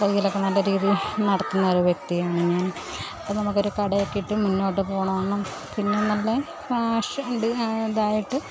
തയ്യലൊക്കെ നല്ല രീതിയിൽ നടത്തുന്ന ഒരു വ്യക്തിയാണ് ഞാൻ അപ്പം നമുക്ക് ഒരു കടയൊക്കെ ഇട്ട് മുന്നോട്ട് പോകണമെന്നും പിന്നെ നമ്മളെ കാശുണ്ട് ഇതായിട്ട്